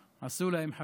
עשו להם נכבה,